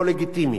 אני חושב